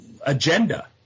agenda